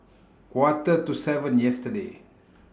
Quarter to seven yesterday